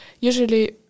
usually